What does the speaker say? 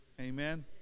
amen